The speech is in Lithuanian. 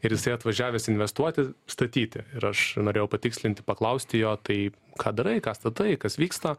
ir jisai atvažiavęs investuoti statyti ir aš norėjau patikslinti paklausti jo tai ką darai ką statai kas vyksta